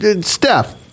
Steph